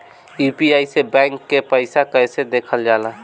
UPI से bank के पैसा कैसे देखल जाला?